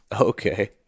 okay